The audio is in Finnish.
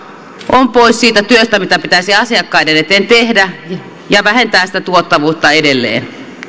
on pois siitä työstä mitä pitäisi asiakkaiden eteen tehdä ja vähentää sitä tuottavuutta edelleen